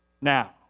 now